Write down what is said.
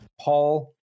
Paul